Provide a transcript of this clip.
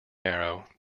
narrow